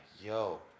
yo